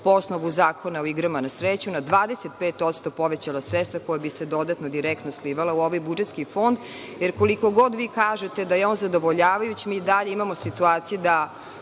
po osnovu Zakona o igrama na sreću, na 25% povećalo sredstva koja bi se dodatno, direktno slivala u ovaj budžetski fond. Jer, koliko god vi kažete da je on zadovoljavajući, mi i dalje imamo situaciju da